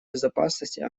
безопасности